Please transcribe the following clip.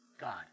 God